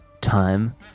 time